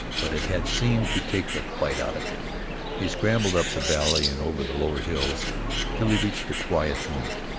but it had seemed to take the fight out of him he scrambled up the valley and over the lower hills till he reached a quiet haunt,